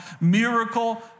miracle